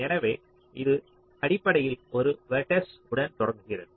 எனவே இது அடிப்படையில் ஒரு வேர்ட்ஸ் உடன் தொடங்குகிறது